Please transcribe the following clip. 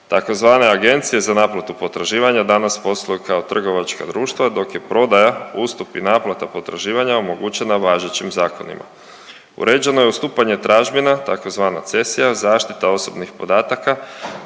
Tzv. agencije za naplatu potraživanja danas posluju kao trgovačka društva kao dok je prodaja, ustup i naplata potraživanja omogućena važećim zakonima. Uređeno je odstupanje tražbina tzv. cesija, zaštita osobnih podataka,